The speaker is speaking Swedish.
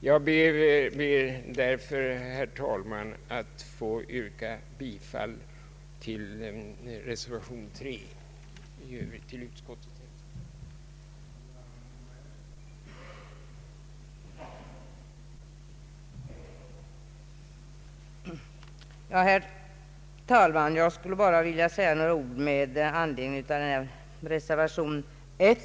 Jag ber därför, herr talman, att få yrka bifall till reservation 3 och i övrigt till utskottets hemställan.